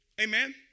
Amen